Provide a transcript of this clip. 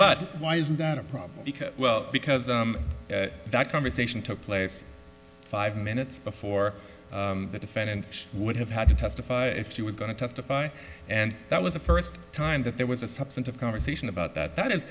but why isn't that a problem because well because that conversation took place five minutes before the defendant would have had to testify if she was going to testify and that was the first time that there was a substantive conversation about that that is